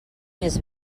més